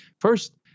first